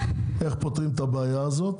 איך פותרים את הבעיה הזאת